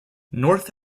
north